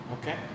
Okay